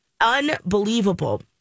unbelievable